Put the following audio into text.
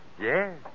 Yes